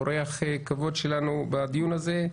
אורח כבוד שלנו בדיון הזה,